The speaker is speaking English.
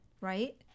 right